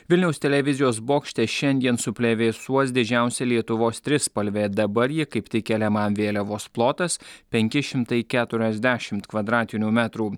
vilniaus televizijos bokšte šiandien suplevėsuos didžiausia lietuvos trispalvė dabar ji kaip tik keliama vėliavos plotas penki šimtai keturiasdešimt kvadratinių metrų